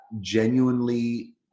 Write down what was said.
genuinely